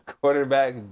Quarterback